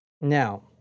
Now